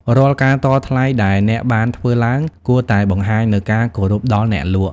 រាល់ការតថ្លៃដែលអ្នកបានធ្វើឡើង គួរតែបង្ហាញនូវការគោរពដល់អ្នកលក់។